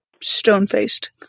stone-faced